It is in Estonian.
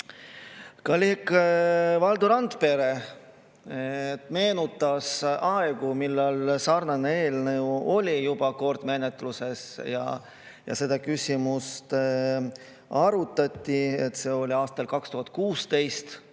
Valdo Randpere meenutas aega, millal sarnane eelnõu oli juba kord menetluses ja seda küsimust arutati – see oli aastal 2016.